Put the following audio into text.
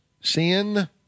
sin